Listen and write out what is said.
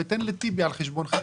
ותן לטיבי על חשבונכם.